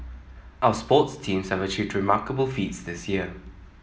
our sports teams have achieved remarkable feats this year